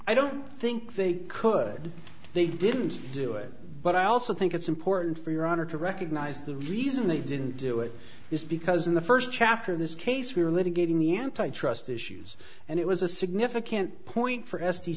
i don't think they could they didn't do it but i also think it's important for your honor to recognize the reason they didn't do it is because in the first chapter of this case we were litigating the antitrust issues and it was a significant point for s